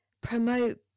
Promote